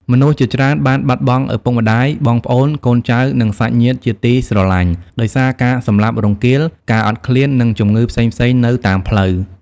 មនុស្សជាច្រើនបានបាត់បង់ឪពុកម្ដាយ បងប្អូន កូនចៅ និងសាច់ញាតិជាទីស្រឡាញ់ដោយសារការសម្លាប់រង្គាល ការអត់ឃ្លាន និងជំងឺផ្សេងៗនៅតាមផ្លូវ។